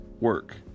Work